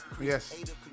Yes